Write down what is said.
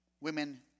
women